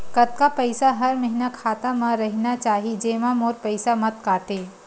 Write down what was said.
कतका पईसा हर महीना खाता मा रहिना चाही जेमा मोर पईसा मत काटे?